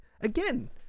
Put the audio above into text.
Again